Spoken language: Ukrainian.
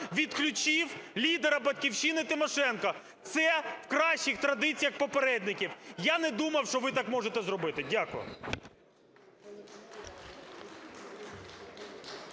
відключив лідера "Батьківщини" Тимошенко. Це в кращих традиціях попередників. Я не думав, що ви так можете зробити. Дякую.